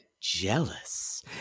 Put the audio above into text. Jealous